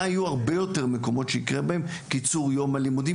יהיו הרבה יותר מקומות שיקרה בהם קיצור יום הלימודים,